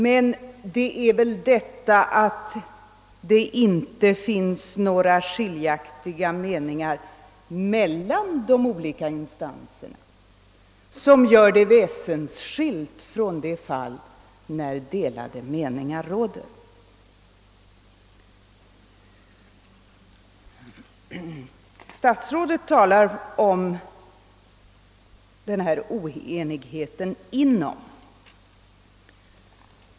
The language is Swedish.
Men det är vil detta att det inte finns några skiljakti ga meningar mellan de olika instanserna som gör det väsensskilt från de fall när delade meningar råder. Statsrådet talar om oenighet inom berörda instanser.